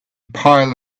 pile